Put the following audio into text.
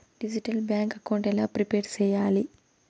Digital bank account ఎలా prepare సెయ్యాలి?